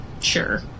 Sure